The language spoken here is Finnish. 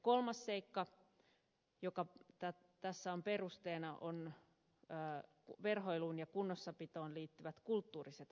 kolmas seikka joka tässä on perusteena on verhoiluun ja kunnossapitoon liittyvät kulttuuriset arvot